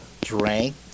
drank